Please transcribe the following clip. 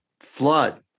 flood